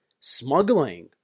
smuggling